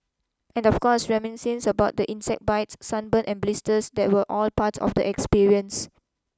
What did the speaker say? and of course reminiscing about the insect bites sunburn and blisters that were all part of the experience